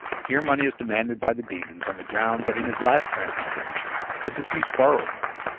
here money is demanded by the demons on the ground that in his last transmigration the deceased borrowed money.